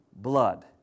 blood